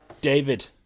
David